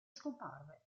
scomparve